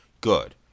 good